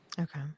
Okay